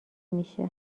میشه